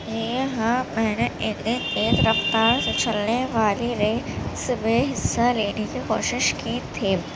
جی ہاں میں نے ایک تیز رفتار سے چلنے والی ریس میں حصہ لینے کی کوشش کی تھی